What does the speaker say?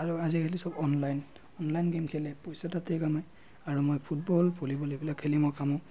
আৰু আজিকালি চব অনলাইন অনলাইন গেম খেলে পইচা তাতে কামায় আৰু মই ফুটবল ভলীবল এইবিলাক খেলি মই কামাওঁ